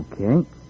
Okay